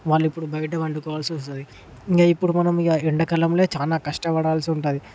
వాళ్ళు ఇప్పుడు బయట పండుకోవాల్సి వస్తుంది ఇక ఇప్పుడు మనమిక ఎండకాలంలో చాలా కష్టపడాల్సి ఉంటుంది